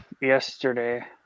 yesterday